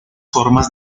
formas